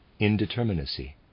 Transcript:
indeterminacy